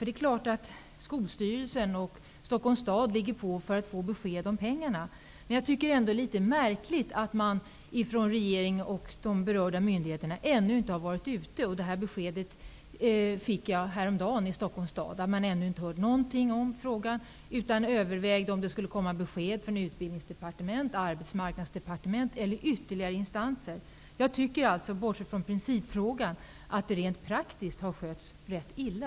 Det är klart att Skolstyrelsen och Stockholms stad ligger på för att få besked om pengarna. Det är ändå litet märkligt att regeringen och de berörda myndigheterna ännu inte har givit besked. Jag fick häromdagen beskedet att man i Stockholms stad ännu inte har hört någonting i frågan, utan övervägde om det skulle komma besked från Utbildningsdepartementet, Arbetsmarknadsdepartementet eller från ytterligare instanser. Om man ser bort från principfrågan har det också rent praktiskt skötts rätt illa.